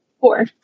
Four